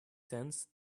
sense